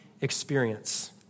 experience